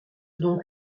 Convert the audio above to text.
donc